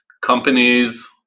companies